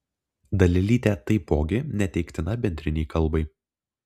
dalelytė taipogi neteiktina bendrinei kalbai